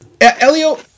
Elio